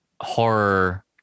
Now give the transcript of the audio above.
horror